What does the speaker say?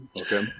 Okay